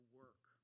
work